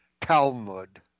Talmud